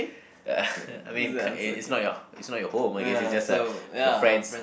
I mean it's it's not your it's not your home I guess it's just a it's your friend's